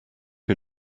who